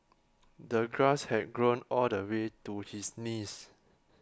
the grass had grown all the way to his knees